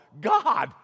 God